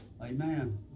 Amen